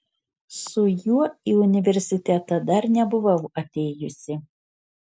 su juo į universitetą dar nebuvau atėjusi